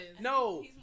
No